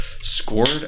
scored